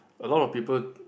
a lot of people